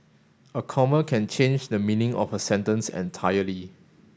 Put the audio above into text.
a comma can change the meaning of a sentence entirely